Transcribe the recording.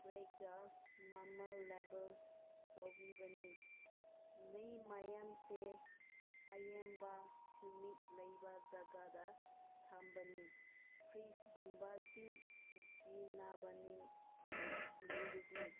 ꯃꯃꯜ ꯂꯦꯕꯦꯜ ꯇꯧꯕꯤꯕꯅꯤ ꯂꯩ ꯃꯌꯥꯝꯁꯦ ꯑꯌꯥꯝꯕ ꯍ꯭ꯌꯨꯃꯤꯛ ꯂꯩꯕ ꯖꯒꯥꯗ ꯊꯝꯕꯅꯤ ꯐ꯭ꯔꯤꯁꯒꯨꯝꯕꯁꯨ ꯁꯤꯖꯤꯟꯅꯕꯅꯤ ꯂꯩꯔꯗꯤ